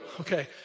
Okay